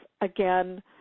again